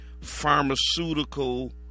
pharmaceutical